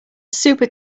super